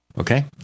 okay